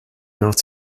not